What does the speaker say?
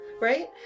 right